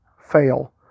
fail